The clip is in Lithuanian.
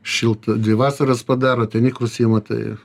šilta dvi vasaras padaro ten ikrus ima tai